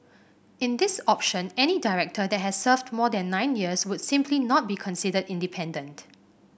in this option any director that has served more than nine years would simply not be considered independent